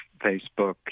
Facebook